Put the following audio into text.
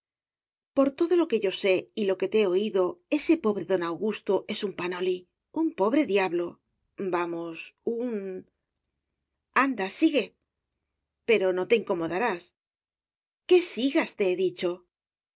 por todo lo que yo sé y lo que te he oído ese pobre don augusto es un panoli un pobre diablo vamos un anda sigue pero no te me incomodarás que sigas te he dicho